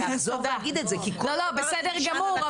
בסדר גמור,